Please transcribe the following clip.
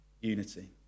Unity